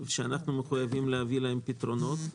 שאנחנו מחויבים להביא להם פתרונות.